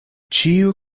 ĉiu